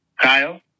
Kyle